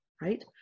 right